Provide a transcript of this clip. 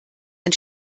ein